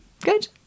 good